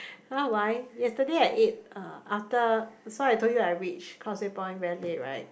!huh! why yesterday I ate uh after so I told you I reached Causeway-Point very late right